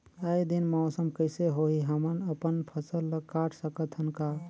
आय दिन मौसम कइसे होही, हमन अपन फसल ल काट सकत हन का?